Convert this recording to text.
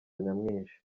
nyamwinshi